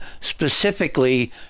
specifically